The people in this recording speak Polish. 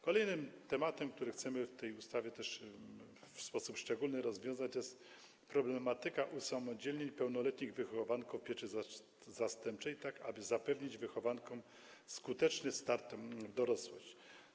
Kolejnym problemem, który chcemy w tej ustawie też w sposób szczególny rozwiązać, jest problematyka usamodzielnień pełnoletnich wychowanków pieczy zastępczej, tak aby zapewnić wychowankom skuteczny start w dorosłość.